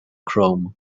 chrome